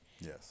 yes